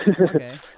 Okay